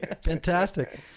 Fantastic